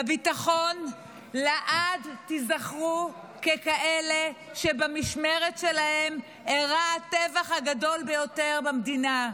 בביטחון לעד תיזכרו ככאלה שבמשמרת שלהם אירע הטבח הגדול ביותר במדינה,